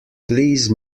please